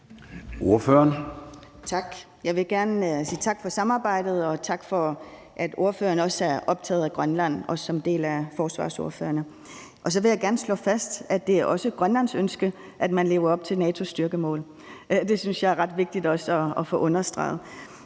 Jeg vil gerne sige tak for samarbejdet og tak for, at ordføreren også er optaget af Grønland ligesom en del af forsvarsordførerne. Så vil jeg gerne slå fast, at det også er Grønlands ønske, at man lever op til NATO's styrkemål. Det synes jeg er ret vigtigt også at få understreget.